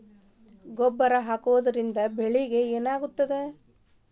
ಗೊಬ್ಬರ ಹಾಕುವುದರಿಂದ ಬೆಳಿಗ ಏನಾಗ್ತದ?